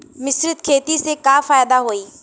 मिश्रित खेती से का फायदा होई?